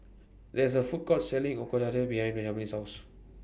There IS A Food Court Selling Ochazuke behind Jameel's House